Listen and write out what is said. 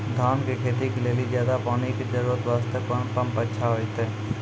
धान के खेती के लेली ज्यादा पानी के जरूरत वास्ते कोंन पम्प अच्छा होइते?